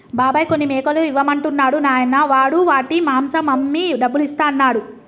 బాబాయ్ కొన్ని మేకలు ఇవ్వమంటున్నాడు నాయనా వాడు వాటి మాంసం అమ్మి డబ్బులు ఇస్తా అన్నాడు